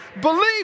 Believe